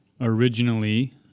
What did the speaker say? originally